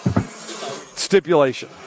stipulation